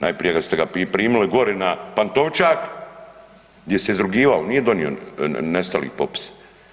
Najprije ste ga primili gore na Pantovčak gdje se izrugivao, nije donio nestali popis.